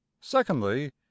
Secondly